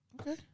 Okay